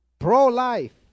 Pro-life